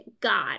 God